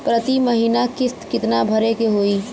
प्रति महीना किस्त कितना भरे के होई?